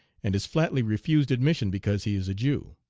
and is flatly refused admission because he is a jew.